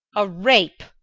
a rape!